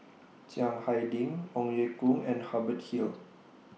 Chiang Hai Ding Ong Ye Kung and Hubert Hill